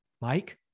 Mike